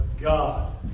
God